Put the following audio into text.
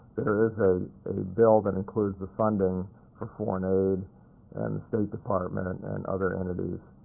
there is a a bill that includes the funding for foreign aid and the state department and other entities